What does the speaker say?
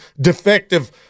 defective